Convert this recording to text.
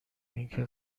اینکه